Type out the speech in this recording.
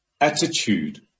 attitude